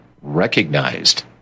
recognized